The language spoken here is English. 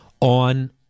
on